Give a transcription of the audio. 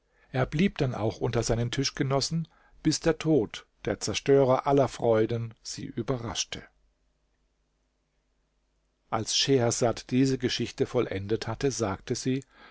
er blieb dann auch unter seinen tischgenossen bis der tod der zerstörer aller freuden sie überraschte als schehersad diese geschichte vollendet hatte sagte sie